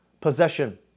possession